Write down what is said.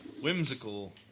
whimsical